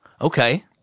Okay